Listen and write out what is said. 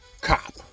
cop